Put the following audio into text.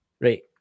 right